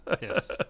Yes